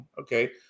okay